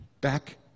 Back